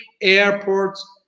airports